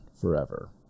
forever